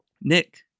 Nick